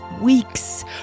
weeks